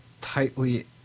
tightly